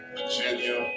Virginia